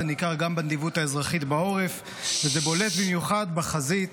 זה ניכר גם בנדיבות האזרחית בעורף וזה בולט במיוחד בחזית,